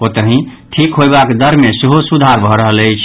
ओतहि ठीक होयबाक दर मे सेहो सुधार भऽ रहल अछि